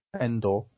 Endor